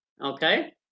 Okay